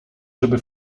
żeby